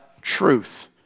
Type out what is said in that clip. truth